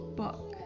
book